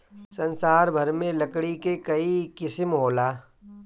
संसार भर में लकड़ी के कई किसिम होला